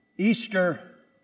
Easter